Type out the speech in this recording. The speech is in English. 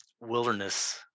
wilderness